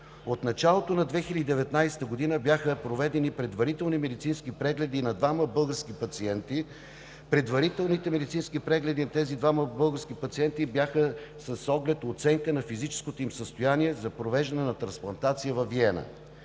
От началото на 2019 г. бяха проведени предварителни медицински прегледи на двама български пациенти. Предварителните им медицински прегледи бяха с оглед оценка на физическото им състояние за провеждане на трансплантация във Виена.